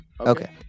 okay